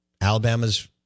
Alabama's